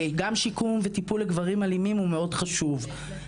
גם שיקום וטיפול לגברים אלימים הוא מאוד חשוב.